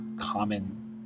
common